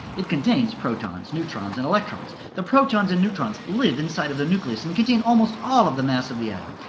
it contains protons, neutrons and electrons. the protons and neutrons live inside of the nucleus, and contain almost all of the mass of the atom.